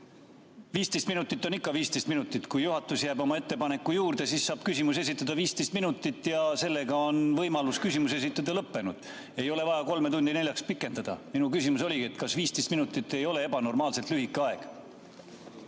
15 minutit on ikka 15 minutit. Kui juhatus jääb oma ettepaneku juurde, siis saab küsimusi esitada 15 minutit ja sellega on võimalus küsimusi esitada lõppenud, ei ole vaja kolme tundi neljaks pikendada. Minu küsimus oligi, et kas 15 minutit ei ole ebanormaalselt lühike aeg?